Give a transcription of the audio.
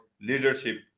leadership